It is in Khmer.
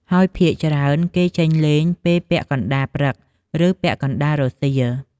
ហើយភាគច្រើន គេចេញលេងពេលពាក់កណ្ដាលព្រឹក ឬ ពាក់កណ្ដាលរសៀល។